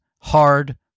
hard